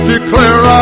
declare